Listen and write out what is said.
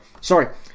Sorry